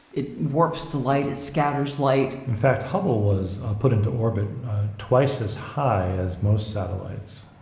it warps the light, it scatters light. in fact, hubble was put into orbit twice as high as most satellites,